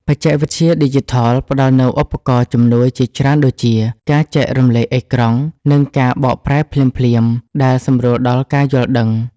បច្ចេកវិទ្យាឌីជីថលផ្ដល់នូវឧបករណ៍ជំនួយជាច្រើនដូចជា ការចែករំលែកអេក្រង់ និងការបកប្រែភ្លាមៗ ដែលសម្រួលដល់ការយល់ដឹង។